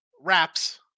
wraps